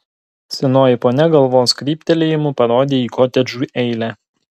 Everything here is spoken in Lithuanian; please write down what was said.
senoji ponia galvos kryptelėjimu parodė į kotedžų eilę